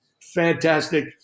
Fantastic